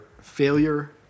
failure